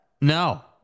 No